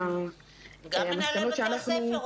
גם מנהלי בתי הספר.